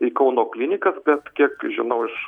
į kauno klinikas bet kiek žinau iš